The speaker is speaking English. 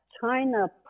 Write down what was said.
China